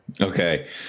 Okay